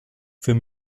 für